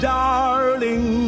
darling